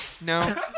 No